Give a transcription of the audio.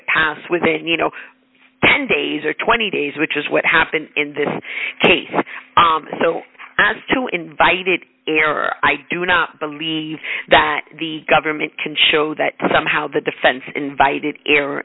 it pass within you know ten days or twenty days which is what happened in this case so as to invite it in error i do not believe that the government can show that somehow the defense invited